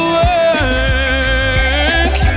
work